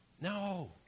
No